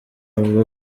avuga